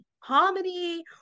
comedy